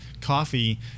coffee